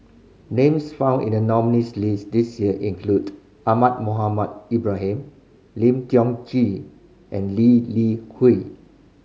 names found in the nominees' list this year include Ahmad Mohamed Ibrahim Lim Tiong Ghee and Lee Li Hui